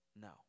no